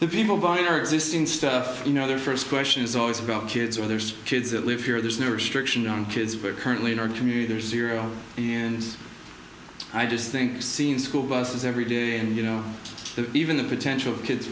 the people buying our existing stuff you know their first question is always about kids where there's kids that live here there's no restriction on kids we're currently in our community there's cereal and i just think seen school buses every day and you know even the potential of kids